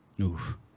Oof